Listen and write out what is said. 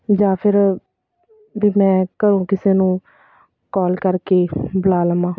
ਜਾਂ ਫਿਰ ਵੀ ਮੈਂ ਘਰੋਂ ਕਿਸੇ ਨੂੰ ਕਾਲ ਕਰਕੇ ਬੁਲਾ ਲਵਾਂ